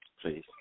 Please